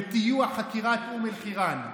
בטיוח חקירת אום אל-חיראן.